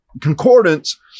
Concordance